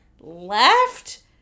left